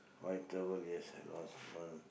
white towel yes I lost one